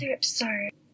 sorry